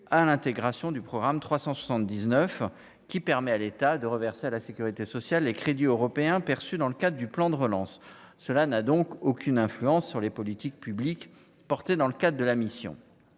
à l'intégration du programme 379 qui permet à l'État de reverser à la sécurité sociale et crédits européens perçu dans le cadre du plan de relance, cela n'a donc aucune influence sur les politiques publiques portées dans le cadre de la mission,